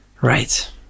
Right